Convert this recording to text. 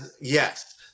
yes